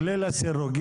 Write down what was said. כולל אלה שלסירוגין,